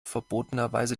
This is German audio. verbotenerweise